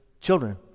children